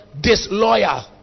Disloyal